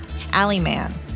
Alleyman